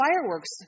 fireworks